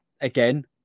again